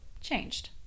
changed